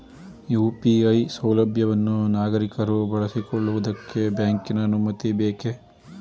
UPI ಸೌಲಭ್ಯವನ್ನು ನಾಗರಿಕರು ಬಳಸಿಕೊಳ್ಳುವುದಕ್ಕೆ ಬ್ಯಾಂಕಿನ ಅನುಮತಿ ಬೇಕೇ?